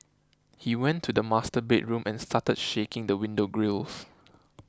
he went to the master bedroom and started shaking the window grilles